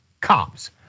cops